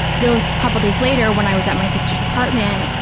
those couple days later, when i was at my sister's apartment,